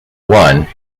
one